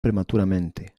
prematuramente